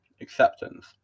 acceptance